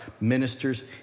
ministers